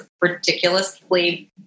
ridiculously